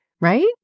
Right